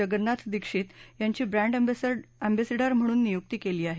जगन्नाथ दीक्षित यांची brand ambassador म्हणून नियुक्ती केली आहे